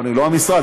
לא מהמשרד,